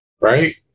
right